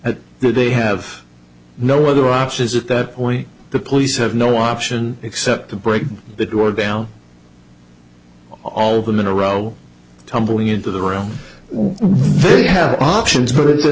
they they have no other options at that point the police have no option except to break the door down all of them in a row tumbling into the room they have options b